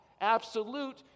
absolute